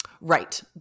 Right